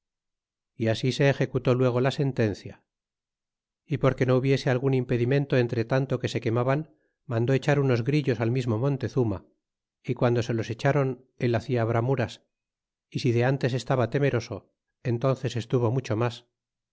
é así se executó luego la sentencia y porque no hubiese algun impedimento entretanto que se quemaban mandó echar unos grillos al mismo montezuma y guando se los echron él hacia bramuras y si de n tes estaba temeroso entnces estuvo mucho mas